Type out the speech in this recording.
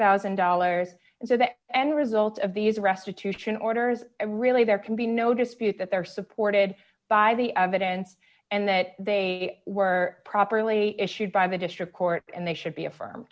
thousand dollars and so that and a result of these restitution orders really there can be no dispute that they're supported by the evidence and that they were properly issued by the district court and they should be affirm